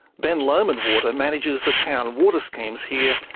ben lomond water manages the town water schemes here,